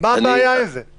מה הבעיה עם זה?